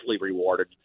rewarded